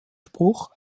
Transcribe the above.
spruch